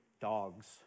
dogs